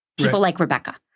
people like rebecca.